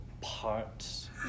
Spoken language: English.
parts